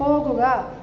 പോകുക